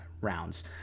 rounds